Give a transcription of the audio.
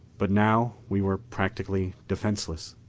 but now we were practically defenseless.